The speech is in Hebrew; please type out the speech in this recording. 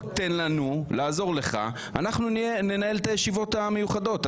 תן לנו לעזור לך, אנחנו ננהל את הישיבות המיוחדות.